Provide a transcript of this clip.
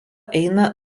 eina